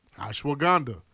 Ashwagandha